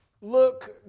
Look